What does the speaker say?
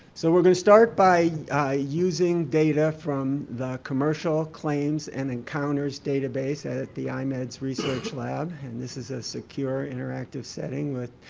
so we're gonna start by using data from the commercial claims and encounters database at at the imed's research lab and this is a secure interactive setting with